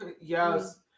yes